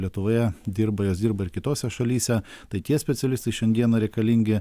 lietuvoje dirba jos dirba ir kitose šalyse tai tie specialistai šiandieną reikalingi